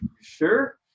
sure